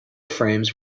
frames